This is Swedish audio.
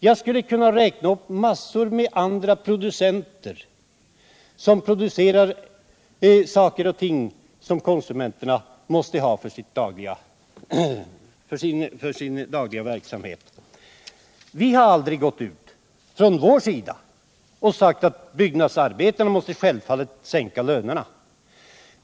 Jag skulle kunna räkna upp en mängd andra grupper som producerar saker och ting som konsumenterna måste ha för sin dagliga verksamhet. Vi har från vår sida aldrig gått ut och sagt att byggnadsarbetarna måste sänka lönerna.